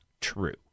true